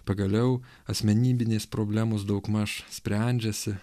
pagaliau asmenybinės problemos daugmaž sprendžiasi